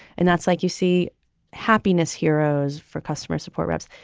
and that's like you see happiness heroes for customer support reps.